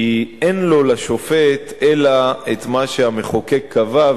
כי אין לו לשופט אלא את מה שהמחוקק קבע,